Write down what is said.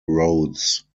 roads